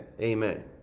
Amen